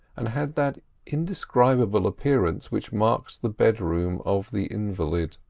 and had that indescribable appearance which marks the bedroom of the invalid.